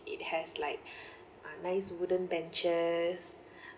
it has like uh nice wooden benches